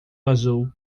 azul